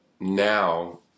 Now